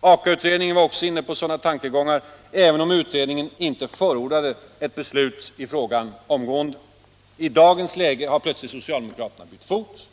Aka-utredningen var också inne på sådana tankegångar, även om utredningen icke förordade ett beslut i frågan omgående. I dagens läge har plötsligt socialdemokraterna bytt fot.